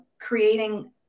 creating